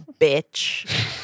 bitch